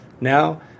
now